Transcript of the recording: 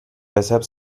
weshalb